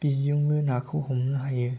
बिदिजोंबो नाखौ हमनो हायो